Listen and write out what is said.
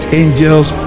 angels